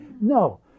No